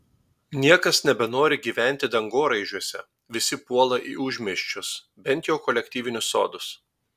niekas nebenori gyventi dangoraižiuose visi puola į užmiesčius bent jau kolektyvinius sodus